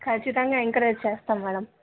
ఖచ్చితంగా ఎంకరేజ్ చేస్తాము మేడం